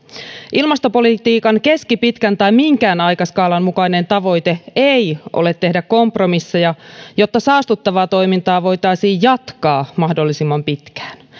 ilmastopolitiikan keskipitkän tai minkään aikaskaalan mukainen tavoite ei ole tehdä kompromisseja jotta saastuttavaa toimintaa voitaisiin jatkaa mahdollisimman pitkään